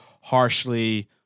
harshly